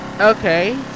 Okay